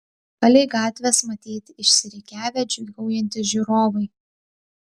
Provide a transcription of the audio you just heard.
palei gatves matyti išsirikiavę džiūgaujantys žiūrovai